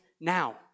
now